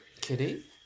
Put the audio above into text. Kitty